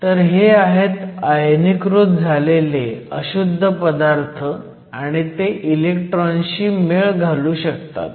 तर हे आहेत आयनीकृत झालेले अशुद्ध पदार्थ आणि ते इलेक्ट्रॉन शी मेळ घालू शकतात